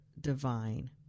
divine